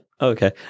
Okay